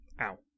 Ow